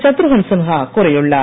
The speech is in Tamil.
சத்ருகன் சின்ஹா கூறியுள்ளார்